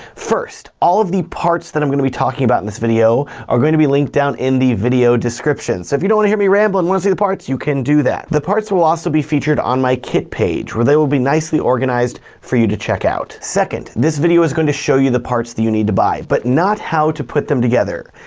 first, all of the parts that i'm gonna be talking about in this video are going to be linked down in the video description. so if you don't wanna hear me ramble and wanna see the parts you can do that. the parts will also be featured on my kit page where they will be nicely organized for you to check out. second, this video is going to show you the parts that you need to buy, but now how to put them together.